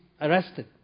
arrested